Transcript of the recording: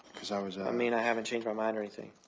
because i was. i mean i haven't changed my mind or anything.